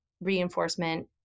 reinforcement